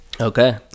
Okay